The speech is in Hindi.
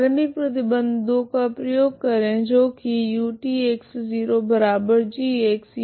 प्रारम्भिक प्रतिबंध 2 का प्रयोग करे जो की utx0g यह प्रारम्भिक डेटा है